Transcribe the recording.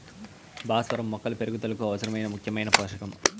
భాస్వరం మొక్కల పెరుగుదలకు అవసరమైన ముఖ్యమైన పోషకం